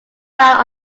round